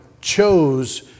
chose